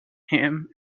him